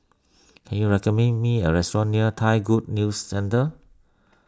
can you recommend me a restaurant near Thai Good News Centre